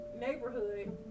neighborhood